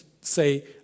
say